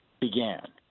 began